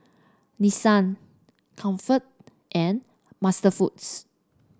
Nissan Comfort and MasterFoods